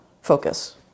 focus